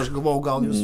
aš galvojau gal jūs